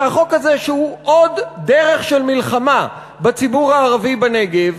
שהחוק הזה הוא עוד דרך של מלחמה בציבור הערבי בנגב,